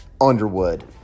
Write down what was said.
Underwood